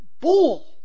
bull